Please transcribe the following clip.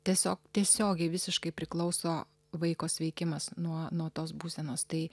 tiesiog tiesiogiai visiškai priklauso vaiko sveikimas nuo nuo tos būsenos tai